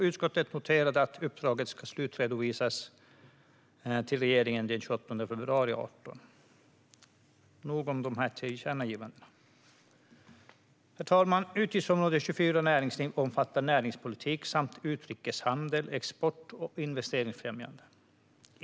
Utskottet noterar att uppdraget ska slutredovisas till regeringen den 28 februari 2018. Nog om tillkännagivanden. Herr talman! Utgiftsområde 24 Näringsliv omfattar näringspolitik samt utrikeshandel, export och investeringsfrämjande.